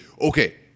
Okay